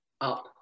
up